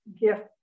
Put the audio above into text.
gift